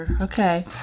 Okay